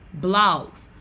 blogs